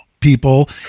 people